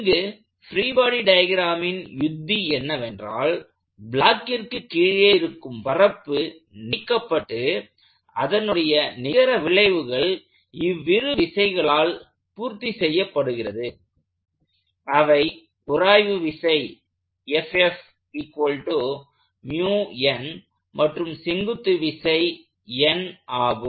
இங்கு free body டயக்ராமின் யுத்தி என்னவென்றால் பிளாக்கிற்கு கீழே இருக்கும் பரப்பு நீக்கப்பட்டு அதனுடைய நிகர விளைவுகள் இவ்விரு விசைகளால் பூர்த்தி செய்யப்படுகிறது அவை உராய்வு விசை மற்றும் செங்குத்து விசை N ஆகும்